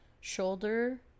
shoulder